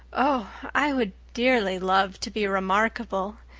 oh, i would dearly love to be remarkable.